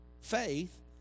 faith